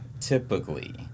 typically